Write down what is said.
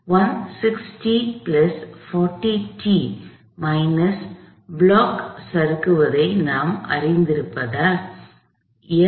16040t minus block சறுக்குவதை நாம் அறிந்திருப்பதால் Fμ N